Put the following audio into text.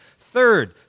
Third